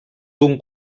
d’un